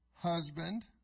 Husband